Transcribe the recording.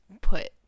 put